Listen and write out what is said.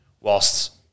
whilst